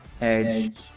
Edge